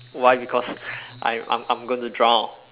why because I I'm I'm going to drown